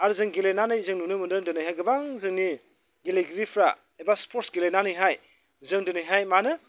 आरो जों गेलेनानै जों नुनो मोनदों दिनैहाय गोबां जोंनि गेलेगिरिफ्रा एबा स्पर्ट्स गेलेनानैहाय जों दिनैहाय मा होनो